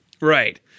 right